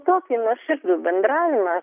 tokį nuoširdų bendravimą